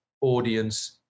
audience